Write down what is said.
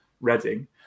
Reading